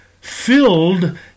filled